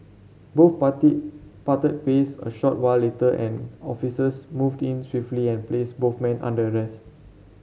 both party parted ways a short while later and officers moved in swiftly and placed both men under arrest